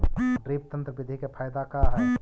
Drip तन्त्र बिधि के फायदा का है?